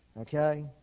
Okay